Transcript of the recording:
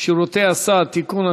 שירותי הסעד (תיקון,